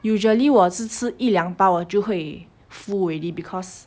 usually 我是吃一两包我就会 full already because